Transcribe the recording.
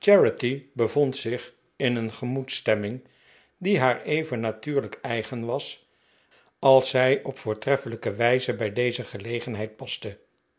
bevond zich in een gemoedsstemming die haar even natuurlijk eigen was als zij op voortreffelijke wijze bij deze gelegenheid paste